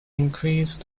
increase